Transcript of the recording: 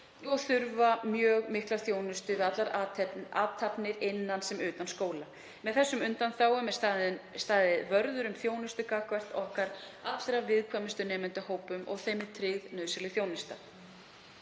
og þurfa mjög mikla þjónustu við allar athafnir innan sem utan skóla. Með þeim undanþágum er staðinn vörður um þjónustu gagnvart okkar allra viðkvæmustu nemendahópum og þeim tryggð nauðsynleg þjónusta.